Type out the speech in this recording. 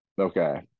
okay